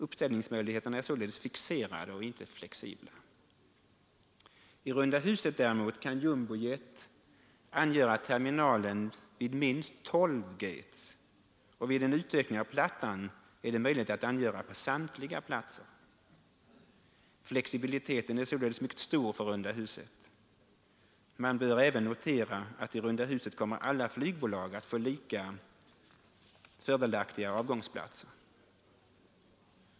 Uppställningsmöjligheterna är således fixerade och inte flexibla. I runda huset däremot kan jumbojet angöra terminalen vid minst 12 gates, och vid en utökning av plattan är det möjligt att angöra på samtliga platser. Flexibiliteten är således mycket stor för runda huset. Man bör även notera att i runda huset kommer alla flygbolag att få lika fördelaktiga avgångsplatser.